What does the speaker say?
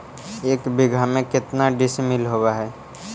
एक बीघा में केतना डिसिमिल होव हइ?